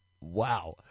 Wow